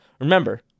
remember